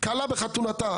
כלה בחתונתה,